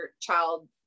child